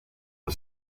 the